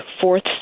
fourth